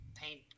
paint